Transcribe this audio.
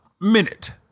minute